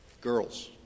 girls